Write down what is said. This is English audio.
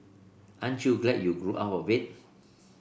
aren't you glad you grew out of it